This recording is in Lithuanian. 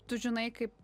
tu žinai kaip